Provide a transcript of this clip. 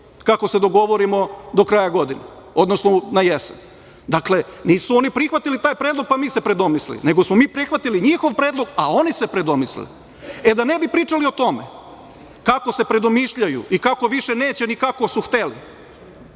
kako se dogovorimo do kraja godine, odnosno na jesen. Dakle, nisu oni prihvatili taj predlog, pa mi se predomislili, nego smo mi prihvatili njihov predlog, a oni se predomislili.E, da ne bi pričali o tome kako se predomišljaju i kako više neće ni kako su hteli,